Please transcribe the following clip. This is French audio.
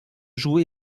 joue